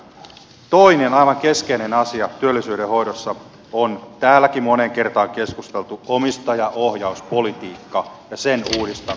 toinen aivan keskeinen asia työllisyyden hoidossa on täälläkin moneen kertaan keskusteltu omistajaohjauspolitiikka ja sen uudistaminen